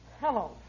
Hello